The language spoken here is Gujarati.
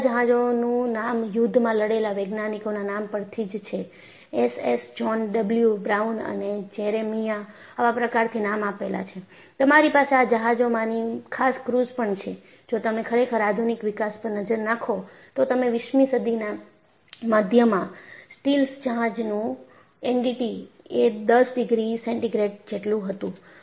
આ બધા જહાજોનું નામ યુદ્ધમાં લડેલા સૈનિકોના નામ પરથી જ છે એસએસ જ્હોન ડબલ્યુ બ્રાઉન અને જેરેમિયા આવા પ્રકારથી નામ આપેલા છે તમારી પાસે આ જહાજો માની ખાસ ક્રુઝ પણ છે જો તમે ખરેખર આધુનિક વિકાસ પર નજર નાખો તો તમે 20મી સદીના મધ્યમાં સ્ટીલ્સ જહાજનું એનડીટી એ 10 ડિગ્રી સેન્ટીગ્રેડ જેટલું હતું